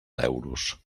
euros